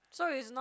so is not